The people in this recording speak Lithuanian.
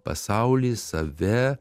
pasaulį save